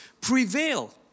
prevail